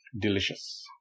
Delicious